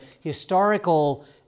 historical